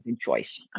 choice